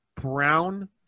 Brown